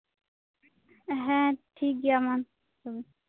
ᱦᱮᱸ ᱴᱷᱤᱠᱜᱮᱭᱟ ᱢᱟ ᱛᱚᱵᱮ